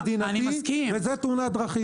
זאת אירוע מדינתי וזאת תאונת דרכים.